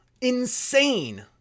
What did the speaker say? Insane